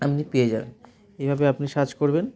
আপনি পেয়ে যাবেন এইভাবে আপনি সার্চ করবেন